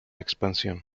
expansión